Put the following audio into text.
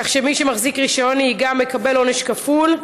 כך שמי שמחזיק רישיון נהיגה מקבל עונש כפול?